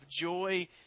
joy